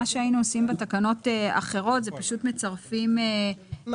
מה שהיינו עושים בתקנות אחרות הוא פשוט מצרפים מפה.